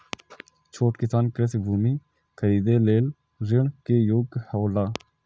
छोट किसान कृषि भूमि खरीदे लेल ऋण के योग्य हौला?